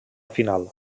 final